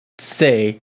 say